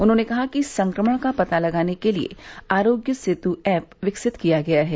उन्होंने कहा कि संक्रमण का पता लगाने के लिए आरोग्य सेतु ऐप विकसित किया गया है